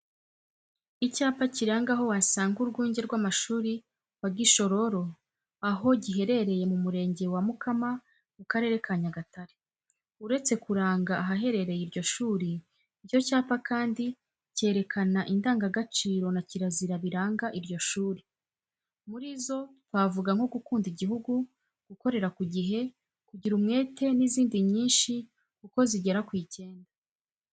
Icyapa kiranga aho wasanga urwunge rw'amashuri wa Gishororo, aho giherereye mu murenge wa Mukama mu karere ka Nyagatare. Uretse kuranga ahaherereye iryo shuri, icyo cyapa kandi kerekana indangagaciro na kirazira biranga iryo suri. Muri zo twavuga nko gukunda igihugu, gukorera ku gihe, kugira umwete n'izindi nyinshi kuko zigera ku icyenda.